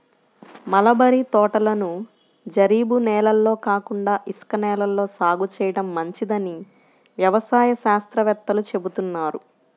mulberry తోటలను జరీబు నేలల్లో కాకుండా ఇసుక నేలల్లో సాగు చేయడం మంచిదని వ్యవసాయ శాస్త్రవేత్తలు చెబుతున్నారు